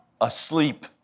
asleep